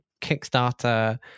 Kickstarter